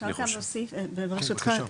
אפשר להוסיף, ברשותך?